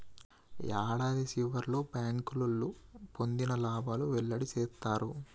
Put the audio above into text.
యాడాది సివర్లో బ్యాంకోళ్లు పొందిన లాబాలు వెల్లడి సేత్తారు